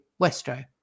Westro